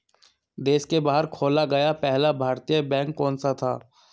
देश के बाहर खोला गया पहला भारतीय बैंक कौन सा था?